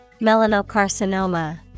melanocarcinoma